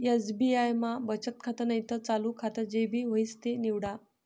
SBI मा बचत खातं नैते चालू खातं जे भी व्हयी ते निवाडा